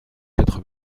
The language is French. quatre